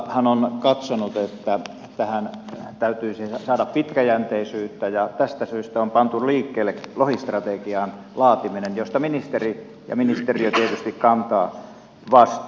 valiokuntahan on katsonut että tähän täytyisi saada pitkäjänteisyyttä ja tästä syystä on pantu liikkeelle lohistrategian laatiminen josta ministeri ja ministeriö tietysti kantavat vastuun